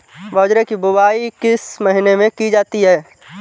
बाजरे की बुवाई किस महीने में की जाती है?